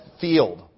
field